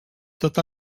tot